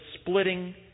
splitting